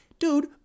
Dude